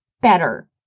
better